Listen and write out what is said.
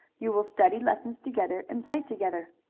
you will study lessons together and play together.